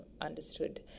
understood